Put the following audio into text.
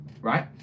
right